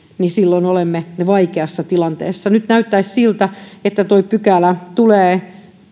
niin silloin olemme vaikeassa tilanteessa nyt näyttäisi siltä että tuo pykälä tulee